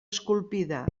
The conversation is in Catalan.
esculpida